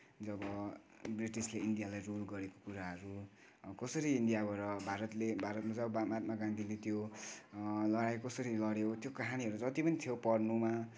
जब ब्रिटिसले इन्डियालाई रुल गरेको कुराहरू कसरी इन्डियाबाट भारतले भारतमा जब महात्मा गान्धीले त्यो लडाइ कसरी लड्यो त्यो कहानीहरू जत्ति पनि थियो पढ्नमा